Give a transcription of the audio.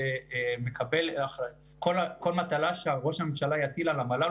כל מטלה שראש הממשלה יטיל על המל"ל,